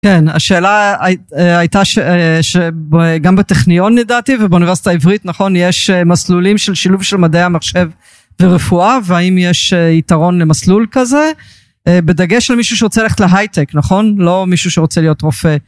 כן, השאלה הייתה שגם בטכניון, לדעתי, ובאוניברסיטה העברית, נכון, יש מסלולים של שילוב של מדעי המחשב ורפואה, והאם יש יתרון למסלול כזה? בדגש על מישהו שרוצה ללכת להייטק, נכון? לא מישהו שרוצה להיות רופא.